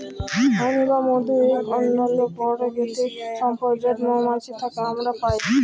হানি বা মধু ইক অনল্য পারকিতিক সম্পদ যেট মোমাছি থ্যাকে আমরা পায়